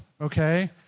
okay